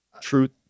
truth